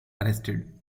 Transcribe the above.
arrested